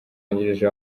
wungirije